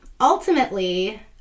Ultimately